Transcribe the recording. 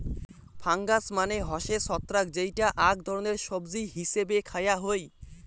fungus মানে হসে ছত্রাক যেইটা আক ধরণের সবজি হিছেবে খায়া হই